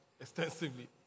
extensively